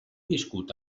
viscut